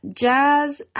jazz